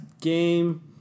game